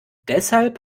deshalb